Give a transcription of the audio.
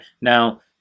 Now